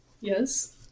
Yes